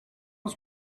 was